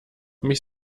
mich